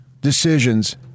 decisions